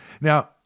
Now